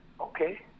okay